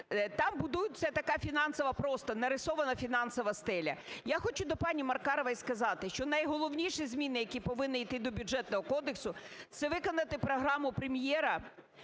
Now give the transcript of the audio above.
там будується така фінансова, просто нарисована фінансова стеля. Я хочу до пані Маркарової сказати, що найголовніше зміни, які повинні йти до Бюджетного кодексу, - це виконати програму Прем'єра,